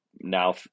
now